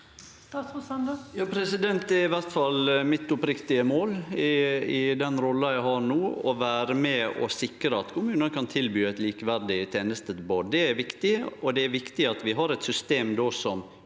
Det er iallfall mitt oppriktige mål i den rolla eg har no, å vere med og sikre at kommunane kan gje eit likeverdig tenestetilbod. Det er viktig, og det er viktig at vi då har eit system som